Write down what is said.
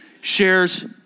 shares